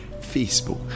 Facebook